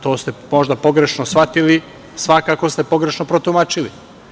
To ste možda pogrešno shvatili, svakako ste pogrešno protumačili.